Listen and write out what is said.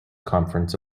conference